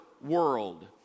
world